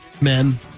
men